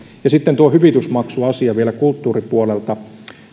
ja sitten tuo hyvitysmaksuasia vielä kulttuuripuolelta